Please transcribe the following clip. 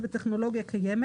בסעיף קטן (ג),